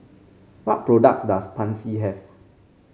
what products does Pansy have